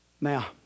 Now